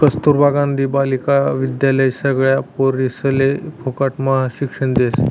कस्तूरबा गांधी बालिका विद्यालय सगळ्या पोरिसले फुकटम्हा शिक्षण देस